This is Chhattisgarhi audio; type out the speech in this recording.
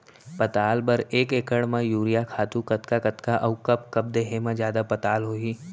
पताल बर एक एकड़ म यूरिया खातू कतका कतका अऊ कब कब देहे म जादा पताल होही?